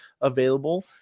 available